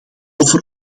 over